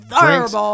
drinks